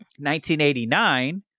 1989